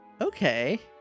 Okay